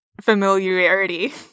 familiarity